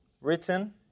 written